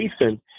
recent